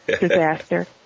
disaster